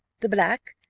the black,